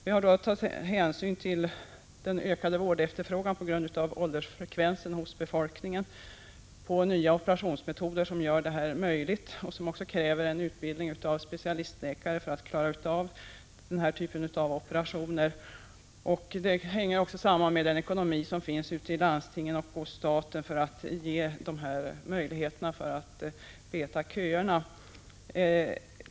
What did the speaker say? Vi har att ta hänsyn till den ökade vårdefterfrågan på grund av åldersfrekvensen hos befolkningen och på grund av nya operationsmetoder, vilket kräver att specialistläkare utbildas för att klara av denna typ av operationer. Vi måste också ta hänsyn till ekonomin i landstingen och i staten, som måste ges möjlighet att beta av köerna.